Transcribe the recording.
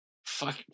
Fuck